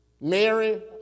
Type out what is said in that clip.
Mary